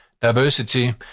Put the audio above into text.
diversity